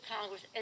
Congress